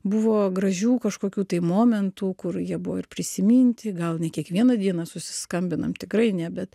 buvo gražių kažkokių tai momentų kur jie buvo ir prisiminti gal ne kiekvieną dieną susiskambinam tikrai ne bet